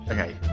Okay